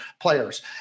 players